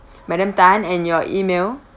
madam tan and your email